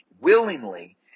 willingly